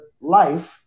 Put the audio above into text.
life